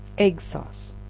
egg sauce.